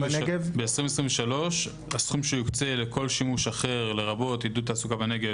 ב-2023 הסכום שיוקצה לכל שימוש אחר לרבות עידוד תעסוקה בנגב